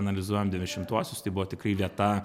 analizuojam devyniasdešimtuosius tai buvo tikrai vieta